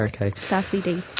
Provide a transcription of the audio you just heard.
Okay